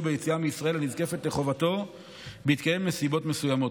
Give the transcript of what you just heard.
ביציאה מישראל הנזקפת לחובתו בהתקיים נסיבות מסוימות.